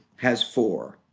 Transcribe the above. has four.